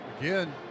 Again